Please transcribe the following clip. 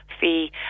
fee